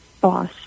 boss